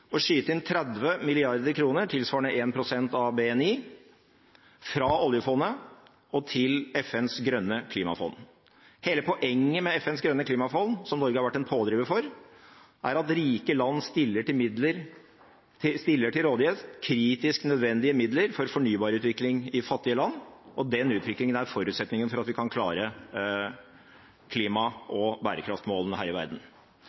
å skyte inn 30 mrd. kr – tilsvarende 1 pst. av BNI – fra oljefondet og til FNs grønne klimafond. Hele poenget med FNs grønne klimafond – som Norge har vært en pådriver for – er at rike land stiller til rådighet kritisk nødvendige midler for fornybarutvikling i fattige land. Den utviklingen er forutsetningen for at vi kan klare klima- og bærekraftmålene her i verden.